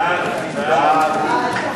נציג האוכלוסייה הערבית בוועדה מייעצת),